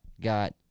got